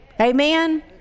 Amen